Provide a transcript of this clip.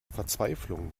verzweiflung